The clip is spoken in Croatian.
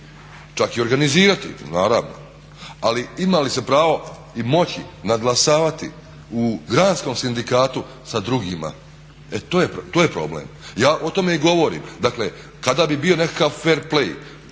čak i organizirati naravno. Ali ima li se pravo i moći nadglasavati u granskom sindikatu sa drugima? To je problem. Ja o tome i govorim. Dakle, kada bi bio nekakav fair play